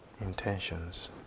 intentions